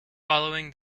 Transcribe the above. following